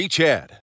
Chad